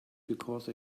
because